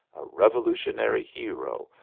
a revolutionary hero,